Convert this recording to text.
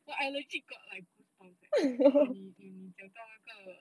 but I legit got like goosebumps eh when 你你讲到那个